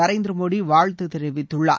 நரேந்திர மோடி வாழ்த்து தெரிவித்துள்ளார்